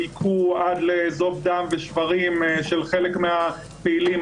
היכו עד לזוב דם ושברים של חלק מהפעילים,